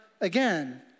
again